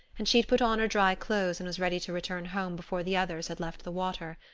and she had put on her dry clothes and was ready to return home before the others had left the water.